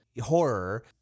Horror